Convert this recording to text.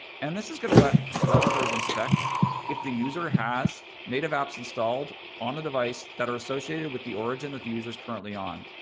and this is going to let developers inspect if the user has native apps installed on the device that are associated with the origin that the user is currently on.